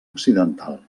occidental